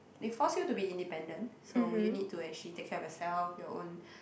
they forced you to be independent so you need to actually take care of yourself your own